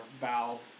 valve